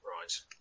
Right